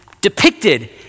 depicted